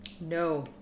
no